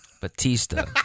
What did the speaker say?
Batista